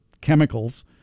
chemicals